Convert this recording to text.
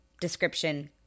Description